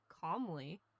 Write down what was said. calmly